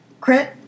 crit